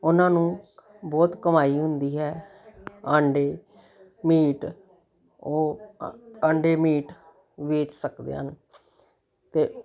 ਉਹਨਾਂ ਨੂੰ ਬਹੁਤ ਕਮਾਈ ਹੁੰਦੀ ਹੈ ਆਂਡੇ ਮੀਟ ਉਹ ਅੰਡੇ ਮੀਟ ਵੇਚ ਸਕਦੇ ਹਨ ਅਤੇ